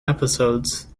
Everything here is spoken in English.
episodes